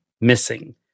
missing